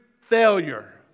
Failure